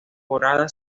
temporada